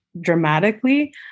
dramatically